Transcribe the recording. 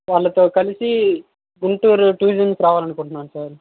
వాళ్ళతో కలిసి గుంటూరు టూరిజం కి రావాలనుకుంటున్నాం సార్